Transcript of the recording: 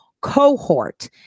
cohort